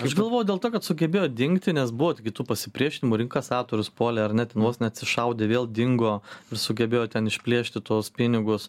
aš galvoju dėl to kad sugebėjo dingti nes buvo gi tų pasipriešinimų ir inkasatorius puolė ar ne ten vos neatsišaudė vėl dingo ir sugebėjo ten išplėšti tuos pinigus